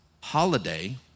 holiday